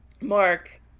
Mark